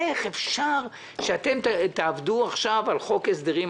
איך אפשר שאתם תעבדו עכשיו על החוק ההסדרים,